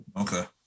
Okay